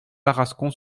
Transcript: tarascon